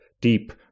deep